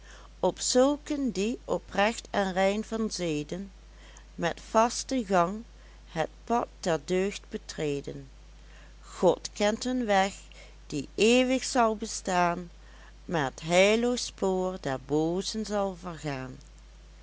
op zulken die oprecht en rein van zeden met vasten gang het pad der deugd betreden god kent hun weg die eeuwig zal bestaan maar t heilloos spoor der boozen zal vergaan